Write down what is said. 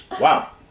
Wow